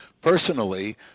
personally